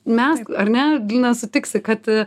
mes ar ne lina sutiksi kad